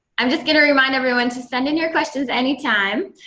i'm just going to remind everyone to send in your questions anytime.